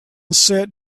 sit